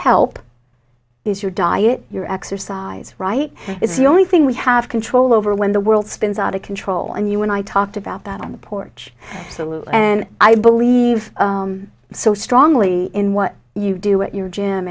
help is your diet your exercise right is the only thing we have control over when the world spins out of control and you and i talked about that on the porch salute and i believe so strongly in what you do at your gym